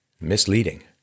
misleading